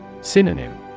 Synonym